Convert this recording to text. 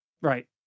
Right